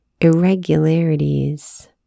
Irregularities